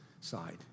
side